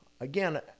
again